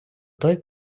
той